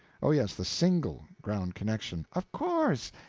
oh, yes, the single ground-connection of course!